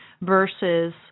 versus